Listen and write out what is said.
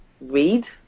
read